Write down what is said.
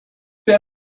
been